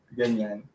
ganyan